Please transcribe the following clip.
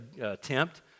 attempt